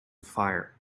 fire